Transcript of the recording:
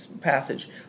passage